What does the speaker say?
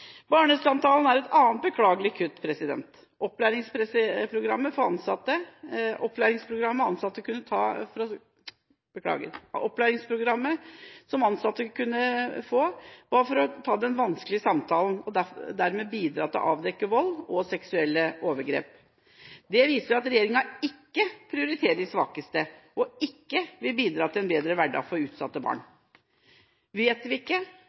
Barnesamtalen er et annet beklagelig kutt. Opplæringsprogrammet ansatte kunne få, var for å kunne ta den vanskelige samtalen og dermed bidra til å avdekke vold og seksuelle overgrep. Det viser at regjeringa ikke prioriterer de svakeste, og ikke vil bidra til en bedre hverdag for utsatte barn. Vet vi ikke,